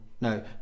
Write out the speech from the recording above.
No